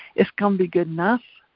it's gonna be good enough.